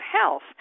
health